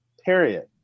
period